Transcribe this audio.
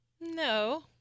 No